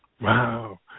Wow